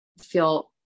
feel